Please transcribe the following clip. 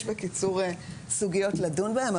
יש בקיצור סוגיות לדון בהן,